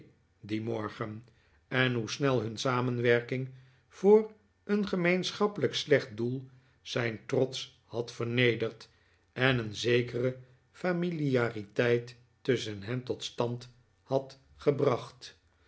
dien morgen en hoe snel hun samenwerking voor een gemeenschappelijk slecht doel zijn trots had vernederd en een zekere familiariteit tusschen hen tot stand had gebracht